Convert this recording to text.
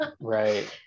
Right